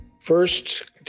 First